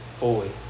fully